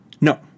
No